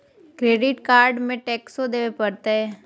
Credit card में टेक्सो देवे परते?